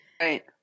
Right